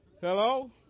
Hello